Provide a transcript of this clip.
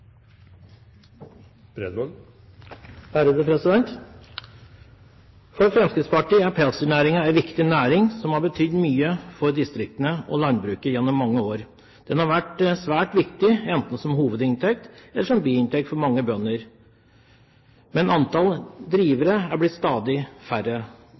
viktig næring som har betydd mye for distriktene og for landbruket gjennom mange år. Den har vært svært viktig enten som hovedinntekt eller som biinntekt for mange bønder, men antall drivere er blitt stadig færre.